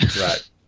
Right